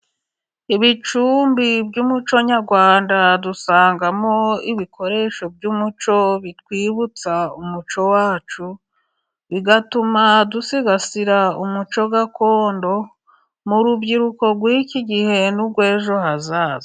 Ibicumbi by'umuco nyarwanda dusangamo ibikoresho by'umuco bitwibutsa umuco wacu, bigatuma dusigasira umuco gakondo mu rubyiruko rw'iki gihe n'urw'ejo hazaza.